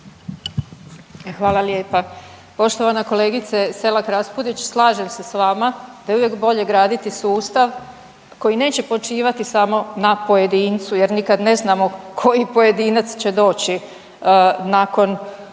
Hvala lijepa. Poštovana kolegice Selak Raspudić, slažem se s vama da je uvijek bolje graditi sustav koji neće počivati samo na pojedincu jer nikada ne znamo koji pojedinac će doći nakon nekoga